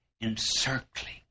encircling